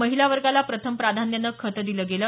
महिला वर्गाला प्रथम प्राध्यानानं खतं दिलं गेलं